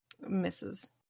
Misses